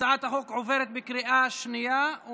הצעת החוק עוברת בקריאה השנייה.